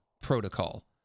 protocol